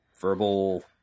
verbal